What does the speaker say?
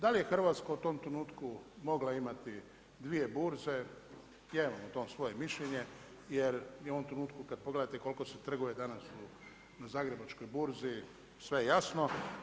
Da li je Hrvatska u tom trenutku mogla imati dvije burze, ja imam o tome svoje mišljenje jer je u ovom trenutku kada pogledate koliko se trguje danas na Zagrebačkoj burzi, sve je jasno.